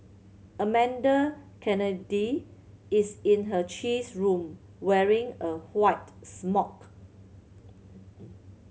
Amanda Kennedy is in her cheese room wearing a white smock